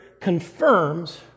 confirms